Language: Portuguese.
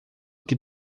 que